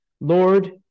lord